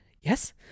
yes